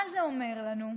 מה זה אומר לנו?